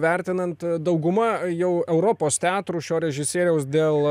vertinant dauguma jau europos teatrų šio režisieriaus dėl